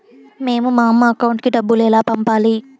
మేము మా అమ్మ అకౌంట్ కి డబ్బులు ఎలా పంపాలి